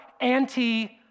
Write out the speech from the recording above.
anti